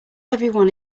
everyone